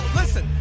listen